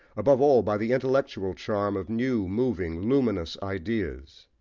above all by the intellectual charm of new, moving, luminous ideas.